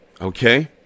Okay